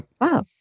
wow